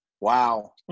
wow